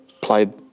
played